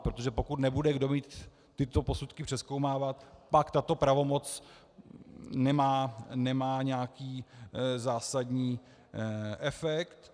Protože pokud nebude kdo mít tyto posudky přezkoumávat, pak tato pravomoc nemá nějaký zásadní efekt.